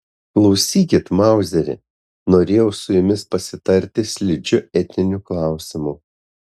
klausykit mauzeri norėjau su jumis pasitarti slidžiu etniniu klausimu